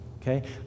Okay